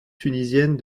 tunisienne